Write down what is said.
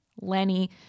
Lenny